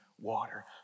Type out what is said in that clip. water